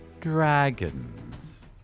dragons